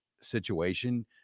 situation –